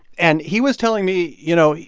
and he was telling me, you know,